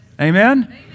Amen